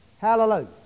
Hallelujah